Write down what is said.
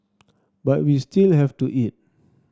but we still have to eat